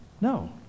No